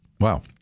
Wow